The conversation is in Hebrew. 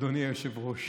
אדוני היושב-ראש.